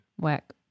Whack